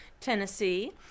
Tennessee